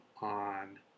on